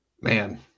Man